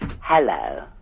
Hello